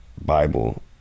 bible